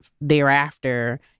thereafter